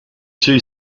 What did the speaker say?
two